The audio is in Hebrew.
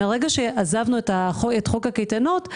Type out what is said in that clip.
מרגע שעזבנו את חוק הקייטנות,